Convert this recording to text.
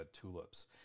tulips